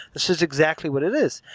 this is exactly what it is.